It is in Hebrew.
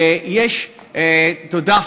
ויש, תודה,